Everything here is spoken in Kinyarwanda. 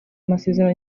masezerano